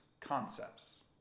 concepts